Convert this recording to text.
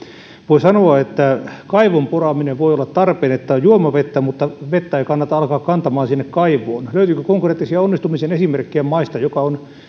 voi sanoa että kaivon poraaminen voi olla tarpeen että on juomavettä mutta vettä ei kannata alkaa kantamaan sinne kaivoon löytyykö konkreettisia onnistumisen esimerkkejä maista jotka ovat